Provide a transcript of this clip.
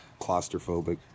Claustrophobic